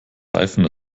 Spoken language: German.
reifen